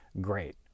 great